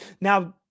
Now